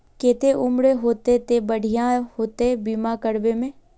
केते उम्र होते ते बढ़िया होते बीमा करबे में?